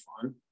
fun